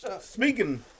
Speaking